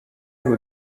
who